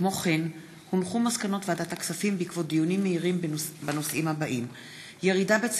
עבדאללה אבו מערוף, איימן עודה, זהבה גלאון, אילן